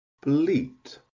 bleat